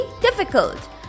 difficult